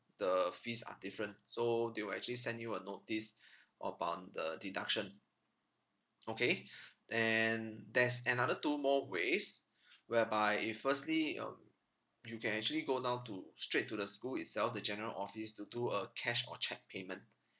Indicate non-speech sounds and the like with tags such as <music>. the fees are different so they will actually send you a notice <breath> upon the deduction okay <breath> and there's another two more ways <breath> whereby if firstly um you can actually go down to straight to the school itself the general office to do a cash or cheque payment